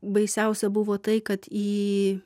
baisiausia buvo tai kad į